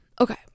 Okay